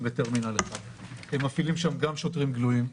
בטרמינל 1. הם מפעילים שם גם שוטרים גלויים,